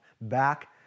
back